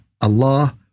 Allah